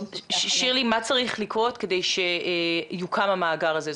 --- מה צריך לקרות כדי שיוקם המאגר הזה?